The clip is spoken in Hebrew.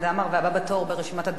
והבא בתור ברשימת הדוברים,